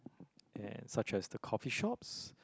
and such as the coffee shops